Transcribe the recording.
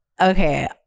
okay